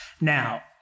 Now